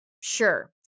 Sure